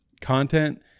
content